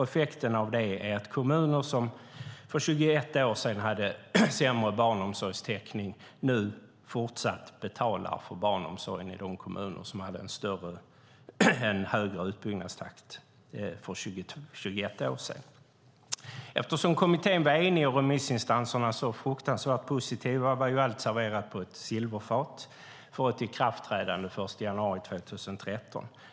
Effekten av det är att kommuner som för 21 år sedan hade sämre barnomsorgstäckning fortsätter att betala för barnomsorgen i de kommuner som hade en högre utbyggnadstakt för 21 år sedan. Eftersom kommittén var enig och remissinstanserna så fruktansvärt positiva var allt serverat på ett silverfat för ett ikraftträdande den 1 januari 2013.